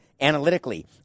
analytically